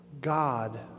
God